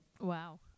Wow